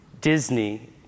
Disney